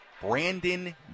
Brandon